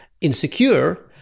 insecure